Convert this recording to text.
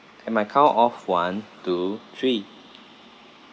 and my count of one two three